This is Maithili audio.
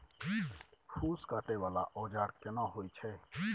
फूस काटय वाला औजार केना होय छै?